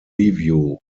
review